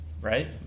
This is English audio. right